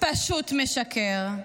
פשוט משקר.